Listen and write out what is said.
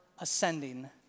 ascending